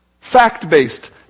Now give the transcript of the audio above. fact-based